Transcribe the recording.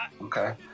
Okay